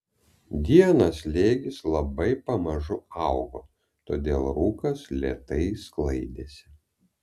dieną slėgis labai pamažu augo todėl rūkas lėtai sklaidėsi